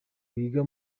biga